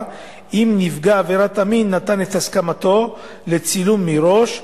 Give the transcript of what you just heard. אם נפגע עבירת המין נתן את הסכמתו לצילום מראש,